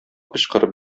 кычкырып